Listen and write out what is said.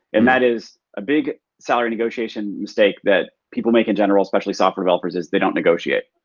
and that is a big salary negotiation mistake that people make in general. especially software developers is they don't negotiate.